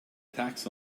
tax